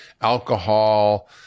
alcohol